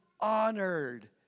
honored